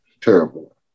Terrible